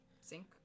sink